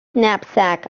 knapsack